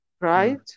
Right